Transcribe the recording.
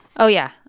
oh, yeah.